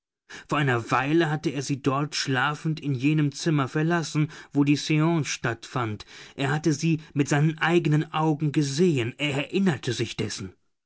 vor einer weile hatte er sie dort schlafend in jenem zimmer verlassen wo die seance stattfand er hatte sie mit seinen eigenen augen gesehen er erinnerte sich dessen